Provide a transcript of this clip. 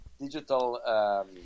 digital